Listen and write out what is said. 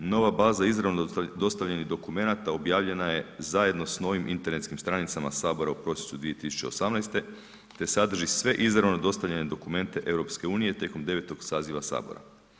Nova baza izravno dostavljenih dokumenata objavljena je zajedno s novim internetskim stranicama Sabora u prosincu 2018. te sadrži izravno dostavljene dokumente EU tijekom 9. saziva Sabora.